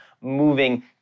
moving